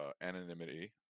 anonymity